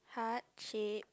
heart shape